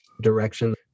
direction